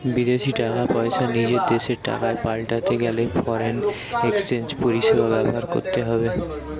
বিদেশী টাকা পয়সা নিজের দেশের টাকায় পাল্টাতে গেলে ফরেন এক্সচেঞ্জ পরিষেবা ব্যবহার করতে হবে